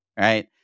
right